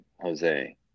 Jose